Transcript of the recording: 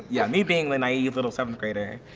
yeah, me being the naive little seventh grader,